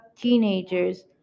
teenagers